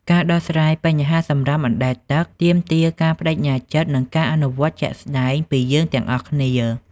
ការដោះស្រាយបញ្ហាសំរាមអណ្តែតទឹក ទាមទារការប្តេជ្ញាចិត្តនិងការអនុវត្តជាក់ស្តែងពីយើងទាំងអស់គ្នា។